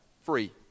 Free